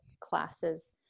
classes